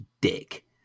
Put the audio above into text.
dick